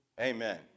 Amen